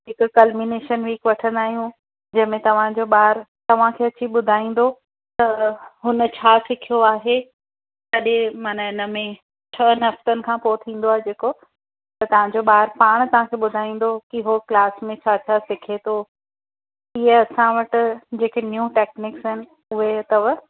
हिकु culmination week वठंदा आहियूं जंहिंमें तव्हांजो ॿारु तव्हांखे अची ॿुधाईंदो त हुन छा सिखियो आहे तॾहिं माना हिनमें छह हफ़्तनि खां पोइ थींदो आहे जेको त तव्हांजो ॿारु पाण तव्हांखे ॿुधाईंदो की उहो क्लास में छा छा सिखे थो इहा असां वटि जेके न्यूं टैक्नीक्स आहिनि उहे अथव